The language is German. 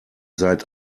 seid